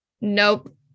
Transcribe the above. Nope